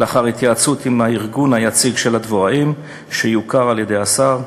לאחר התייעצות עם ארגון יציג של דבוראים שיוכר על-ידי השר.